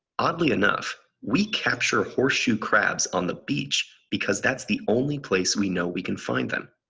oddly enough, we capture horseshoe crabs on the beach because that's the only place we know we can find them.